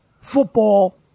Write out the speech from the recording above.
football